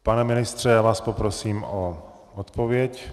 Pane ministře, já vás poprosím o odpověď.